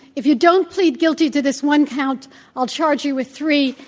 if you don't plead guilty to this one count i'll charge you with three.